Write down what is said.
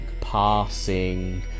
passing